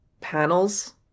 panels